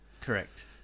Correct